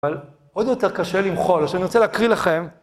אבל עוד יותר קשה למחול, שאני רוצה להקריא לכם.